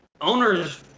owners